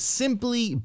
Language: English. simply